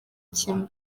kimwe